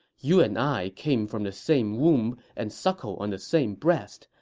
you and i came from the same womb and suckled on the same breast,